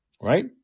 Right